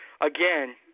again